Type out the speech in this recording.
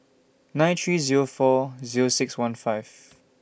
nine three Zero four Zero six one five